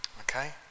Okay